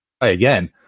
again